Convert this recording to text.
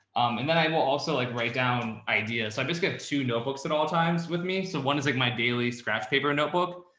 and then i will also like write down ideas. so i just get two notebooks at all times with me. so one is like my daily scratch paper notebook.